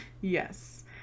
Yes